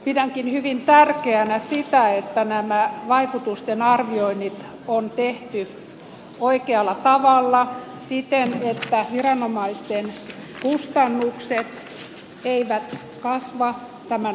pidänkin hyvin tärkeänä sitä että nämä vaikutusten arvioinnit on tehty oikealla tavalla siten että viranomaisten kustannukset eivät kasva tämän uudistuksen myötä